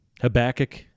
Habakkuk